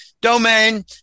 domain